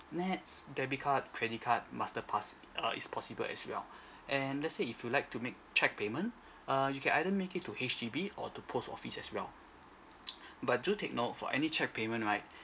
nexs debit card credit card master pass uh is possible as well and let's say if you like to make cheque payment err you can either make it to H_D_B or to post office as well but do take note for any cheque payment right